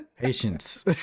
patience